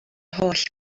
holl